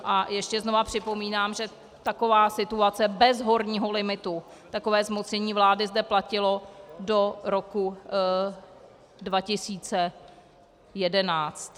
A ještě znova připomínám, že taková situace bez horního limitu, takové zmocnění vlády zde platilo do roku 2011.